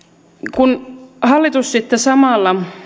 kun hallitus sitten samalla